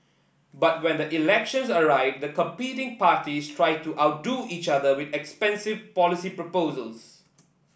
but when the elections arrived the competing parties tried to outdo each other with expensive policy proposals